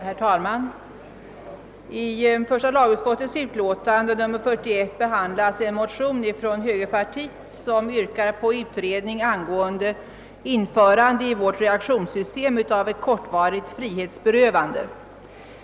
Herr talman! I första lagutskottets ut låtande nr 41 behandlas en motion från högerpartiet, som yrkar på utredning angående införande i vårt reaktionssystem av ett kortvarigt frihetsberövande.